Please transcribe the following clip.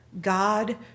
God